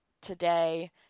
today